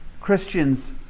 Christians